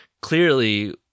Clearly